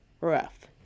rough